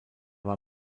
war